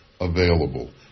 available